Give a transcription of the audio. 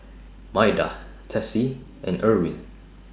Maida Tessie and Erwin